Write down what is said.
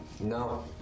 No